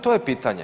To je pitanje.